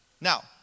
Now